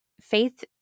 faith